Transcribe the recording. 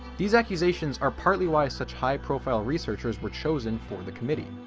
these accusations are partly why such high profile researchers were chosen for the committee,